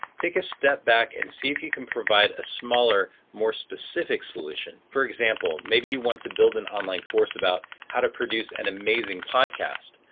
take a step back and see if you can provide a smaller, more specific solution. for example, maybe you want to build an online course about how to produce an and amazing podcast,